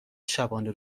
شبانه